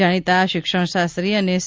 જાણીતા શિક્ષણશાસ્ત્રી અને સી